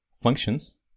functions